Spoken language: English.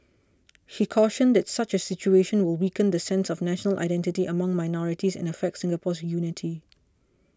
he cautioned that such a situation will weaken the sense of national identity among minorities and affect Singapore's unity